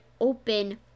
open